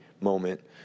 moment